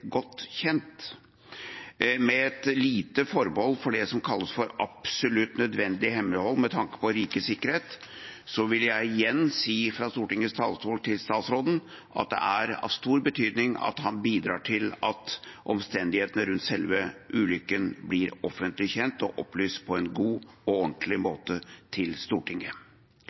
godt kjent. Med et lite forbehold om det som kalles absolutt nødvendig hemmelighold med tanke på rikets sikkerhet, vil jeg igjen si fra Stortingets talerstol til statsråden at det er av stor betydning at han bidrar til at omstendighetene rundt selve ulykken blir offentlig kjent og opplyst om på en god og ordentlig måte til Stortinget.